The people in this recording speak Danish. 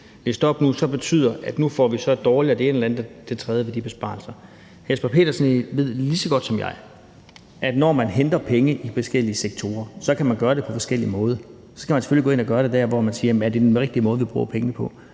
nu, så betyder, at nu får vi det så og så dårligt og det andet og det tredje ved de besparelser. Hr. Jesper Petersen ved lige så godt som jeg, at når man henter penge i forskellige sektorer, kan man gøre det på forskellige måder, og så kan man selvfølgelig gå ind og gøre det der, hvor man siger: Er det den rigtige måde, vi bruger pengene på?